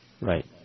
Right